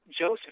Joseph